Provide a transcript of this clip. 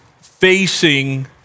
facing